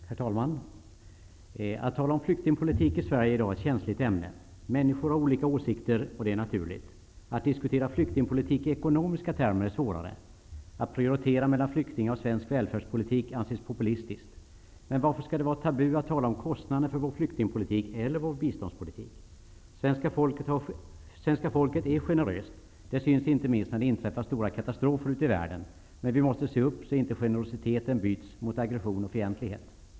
Herr talman! Att tala om flyktingpolitik i Sverige är i dag känsligt. Människor har olika åsikter, och det är naturligt. Att diskutera flyktingpolitik i ekonomiska termer är svårare. Att prioritera mellan flyktingar och svensk välfärdspolitik anses populistiskt. Men varför skall det vara tabu att tala om kostnaderna för vår flyktingpolitik eller vår biståndspolitik? Svenska folket är generöst, vilket syns inte minst när det inträffar stora katastrofer ute i världen, men vi måste se upp, så att inte generositeten byts mot aggression och fientlighet.